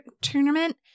tournament